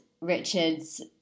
Richard's